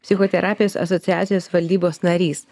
psichoterapijos asociacijos valdybos narys